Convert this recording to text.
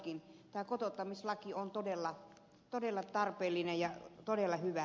tämä kotouttamislaki on todella tarpeellinen ja todella hyvä